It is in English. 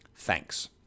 Thanks